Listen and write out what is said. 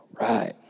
Right